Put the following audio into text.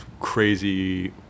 crazy